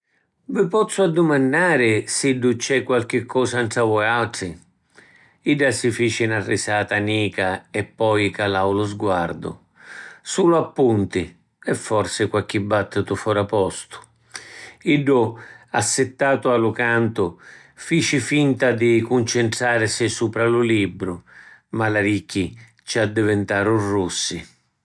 “Vi pozzu addumannari siddu c’è qualchi cosa ntra vuatri?” Idda si fici na risata nica e poi calau lu sguardu. “Sulu appunti… e forsi qualchi battitu fora postu.” Iddu, assittatu a lu cantu, fici finta di cuncintrarisi supra lu libru, ma l’aricchi ci addivintaru russi.